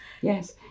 Yes